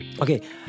Okay